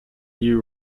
you